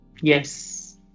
Yes